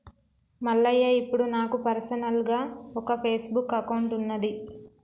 మల్లయ్య ఇప్పుడు నాకు పర్సనల్గా ఒక ఫేస్బుక్ అకౌంట్ ఉన్నది